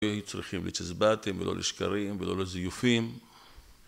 צריכים לצ'יזבטים ולא לשקרים ולא לזיופים